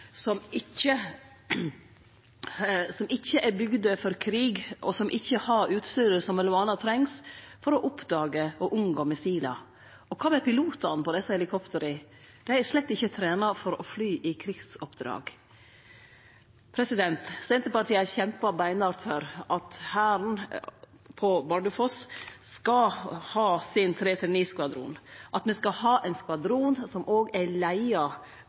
som ikkje er bygde for krig, og som ikkje har utstyret som m.a. trengst for å oppdage og unngå missilar. Og kva med pilotane på desse helikoptera? Dei er slett ikkje trena for å fly i krigsoppdrag. Senterpartiet har kjempa beinhardt for at Hæren på Bardufoss skal ha sin 339-skvadron, at ein skal ha ein skvadron som òg er leidd på Bardufoss, og som er